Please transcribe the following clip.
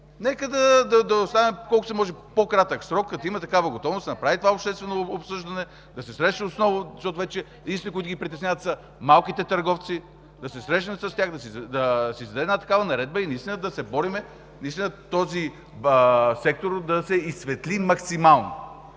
Нека да оставим колкото се може по-кратък срок, като има такава готовност – да се направи обществено обсъждане, да се срещнат отново, защото вече единствените, които ги притесняват, са малките търговци. Да се срещнат с тях, да се издаде една такава наредба и да се борим този сектор да се изсветли максимално.